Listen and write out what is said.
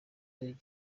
king